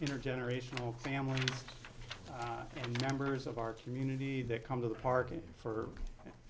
intergenerational family members of our community that come to the parking for